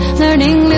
learning